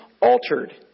altered